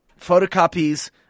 photocopies